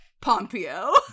Pompeo